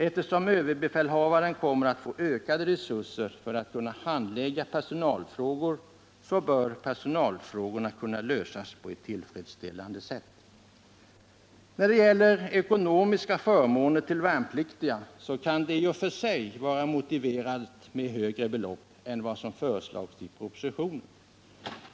Eftersom överbefälhavaren kommer att få ökade resurser för att handlägga personalfrågor bör dessa kunna lösas på ett tillfredsställande sätt. Vad beträffar ekonomiska förmåner till värnpliktiga kan det i och för sig vara motiverat med högre belopp än vad som föreslagits i propositionen.